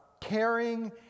Caring